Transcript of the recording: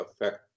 affect